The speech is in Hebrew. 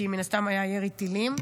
כי מן הסתם היה ירי טילים,